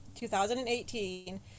2018